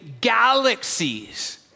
galaxies